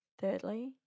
Thirdly